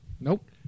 Nope